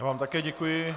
Já vám také děkuji.